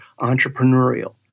entrepreneurial